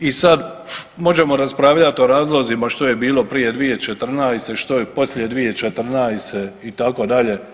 I sad možemo raspravljat o razlozima što je bilo prije 2015., što je poslije 2015. itd.